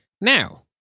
now